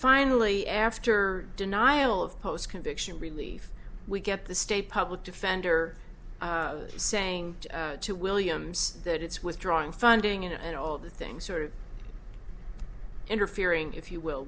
finally after denial of post conviction relief we get the state public defender saying to williams that it's withdrawing funding and all the things sort of interfering if you will